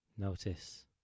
Notice